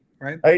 right